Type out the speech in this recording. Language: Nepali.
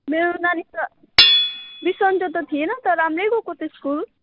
मेरो नानी त बिसन्चो त थिएन त राम्रै गएको त स्कुल